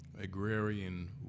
agrarian